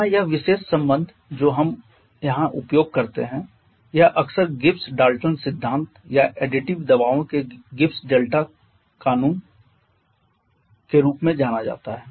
यहाँ यह विशेष संबंध जो हम यहाँ उपयोग करते हैं वह अक्सर गिब्स डाल्टन सिद्धांत या एडिटिव दबावों के गिब्स डेल्टन कानून के रूप में जाना जाता है